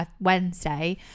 wednesday